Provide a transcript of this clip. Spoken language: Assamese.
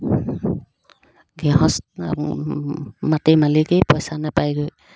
গৃহস্থ মাটিৰ মালিকেই পইচা নেপায়গৈ